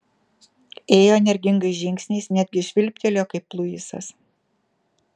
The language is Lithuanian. ėjo energingais žingsniais netgi švilptelėjo kaip luisas